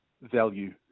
value